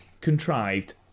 contrived